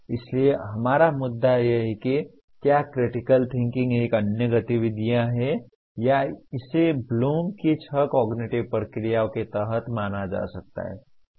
इसलिए हमारा मुद्दा यह है कि क्या क्रिटिकल थिंकिंग एक अन्य गतिविधि है या इसे ब्लूम की छह कॉगनिटिव प्रक्रियाओं के तहत माना जा सकता है